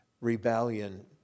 rebellion